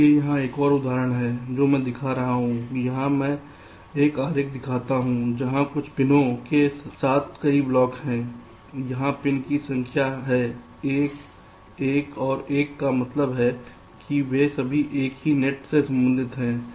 इसलिए यहां एक और उदाहरण है जो मैं दिखा रहा हूं यहां मैं एक आरेख दिखाता हूं जहां कुछ पिनों के साथ कई ब्लॉक हैं यहां पिन जो संख्याएं हैं 1 1 और 1 का मतलब है कि वे सभी एक ही नेट से संबंधित हैं